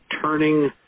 turning